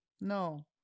No